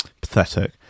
Pathetic